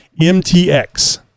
mtx